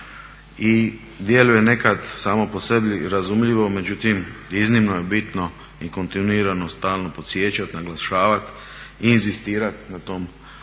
i djeluje nekad samo po sebi razumljivo, međutim iznimno je bitno i kontinuirano stalno podsjećat, naglašavat i inzistirat na tom